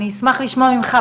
אני אשמח לשמוע ממך,